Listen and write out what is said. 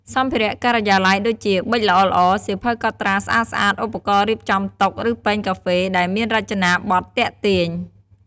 សម្ភារៈការិយាល័យ ដូចជា ប៊ិចល្អៗ សៀវភៅកត់ត្រាស្អាតៗ ឧបករណ៍រៀបចំតុ ឬ ពែងកាហ្វេ ដែលមានរចនាបថទាក់ទាញ។